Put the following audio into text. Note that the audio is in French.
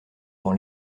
dans